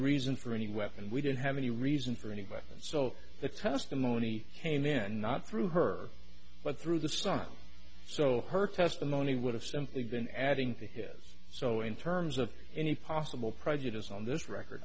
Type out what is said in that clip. reason for any weapon we didn't have any reason for anyway so the testimony came in not through her but through the son so her testimony would have simply been adding to his so in terms of any possible prejudice on this record